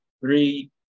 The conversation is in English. three